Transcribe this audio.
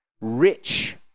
rich